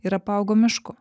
ir apaugo mišku